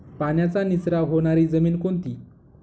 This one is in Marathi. पाण्याचा निचरा होणारी जमीन कोणती?